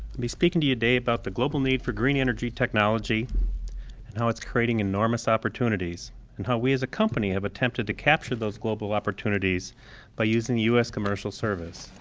be speaking to you today about the global need for green energy technology and how it's creating enormous opportunities and how we as a company have attempted to capture those global opportunities by using the u s. commercial service.